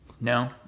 No